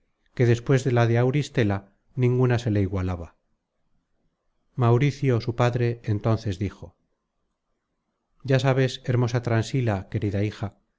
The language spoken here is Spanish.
que despues de la de auristela ninguna se le igualaba mauricio su padre entonces dijo ya sabes her